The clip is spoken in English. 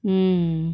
mm